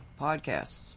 podcasts